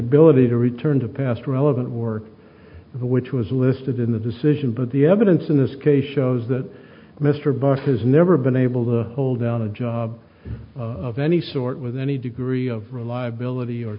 ability to return to past relevant work the which was listed in the decision but the evidence in this case shows that mr buck has never been able to hold down a job of any sort with any degree of reliability or